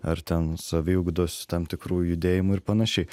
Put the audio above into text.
ar ten saviugdos tam tikrų judėjimų ir panašiai